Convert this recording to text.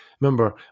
Remember